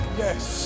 yes